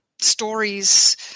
stories